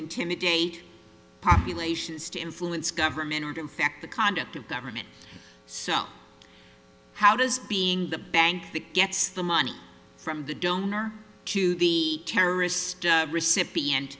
intimidate populations to influence government ordered fact the conduct of government so how does being the bank that gets the money from the donor to the terrorists recipient